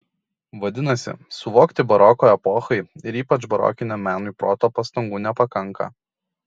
vadinasi suvokti baroko epochai ir ypač barokiniam menui proto pastangų nepakanka